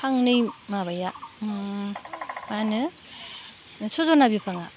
फांनै माबाया माहोनो सजना बिफाङा